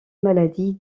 maladie